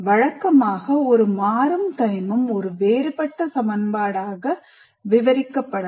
வழக்கமாக ஒரு மாறும் தனிமம் ஒரு வேறுபட்ட சமன்பாடாக விவரிக்கப்படலாம்